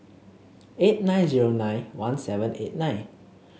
eight nine zero nine one seven eight nine